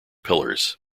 pillars